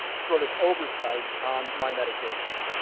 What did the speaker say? sort of, oversight on my medication.